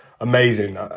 amazing